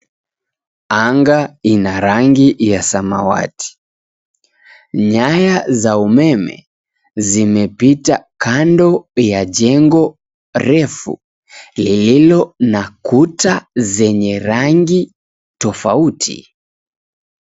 Anga ina rangi ya samawati. Nyaya za umeme zimepita kando ya jengo refu lililo na kuta zenye rangi tofauti.